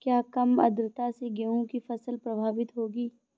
क्या कम आर्द्रता से गेहूँ की फसल प्रभावित होगी?